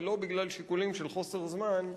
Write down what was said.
ולא בגלל שיקולים של חוסר זמן,